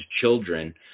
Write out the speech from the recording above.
children